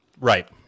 Right